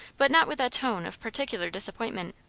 but not with a tone of particular disappointment.